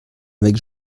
avec